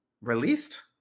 released